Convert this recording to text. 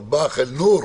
סבח אל נור.